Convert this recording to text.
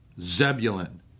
Zebulun